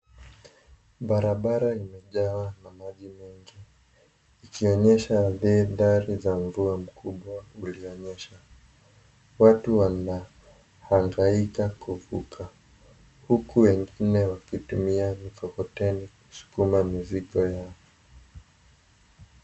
Barabara imejawa na maji mengi ikionyesha hathari ya mvua kubwa ulionyesha watu wanaangaika kuvuka huku wengine wakitumia mkokoteni kuskuma mizigo yao.